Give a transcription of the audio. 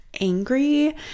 angry